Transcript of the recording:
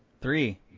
Three